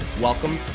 Welcome